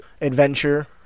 adventure